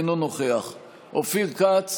אינו נוכח אופיר כץ,